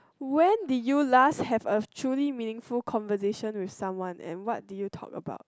when did you last have a truly meaningful conversation with someone and what did you talk about